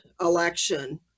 election